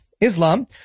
Islam